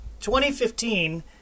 2015